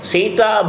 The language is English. Sita